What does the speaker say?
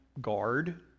guard